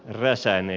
vieressä ei